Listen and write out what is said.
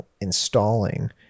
installing